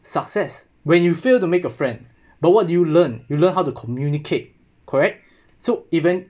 success when you fail to make a friend but what do you learn you learn how to communicate correct so even